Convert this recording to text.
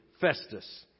Festus